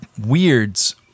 weirds